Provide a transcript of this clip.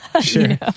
Sure